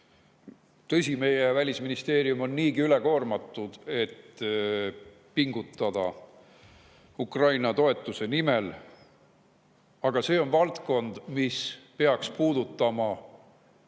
Tõsi, meie Välisministeerium on niigi ülekoormatud, et pingutada Ukraina toetuse nimel, aga see on valdkond, mis peaks puudutama kõiki